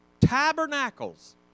Tabernacles